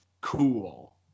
cool